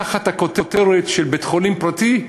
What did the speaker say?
תחת הכותרת של בית-חולים פרטי,